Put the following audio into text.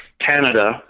Canada